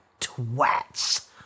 twats